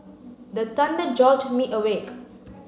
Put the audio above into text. the thunder jolt me awake